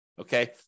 Okay